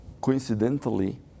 Coincidentally